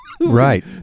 Right